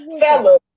Fella